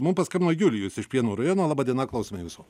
mum paskambino julijus iš prienų rajono laba diena klausome jūsų